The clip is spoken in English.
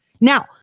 Now